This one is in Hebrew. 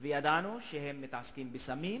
וידענו שהם מתעסקים בסמים,